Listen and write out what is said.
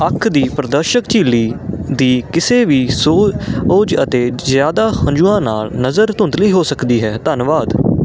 ਅੱਖ ਦੀ ਪਾਰਦਰਸ਼ਕ ਝਿਲੀ ਦੀ ਕਿਸੇ ਵੀ ਸੋ ਸੋਜ ਅਤੇ ਜ਼ਿਆਦਾ ਹੰਝੂਆਂ ਨਾਲ ਨਜ਼ਰ ਧੁੰਦਲੀ ਹੋ ਸਕਦੀ ਹੈ ਧੰਨਵਾਦ